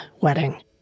wedding